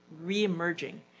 re-emerging